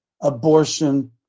abortion